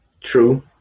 True